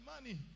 money